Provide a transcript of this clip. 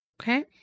Okay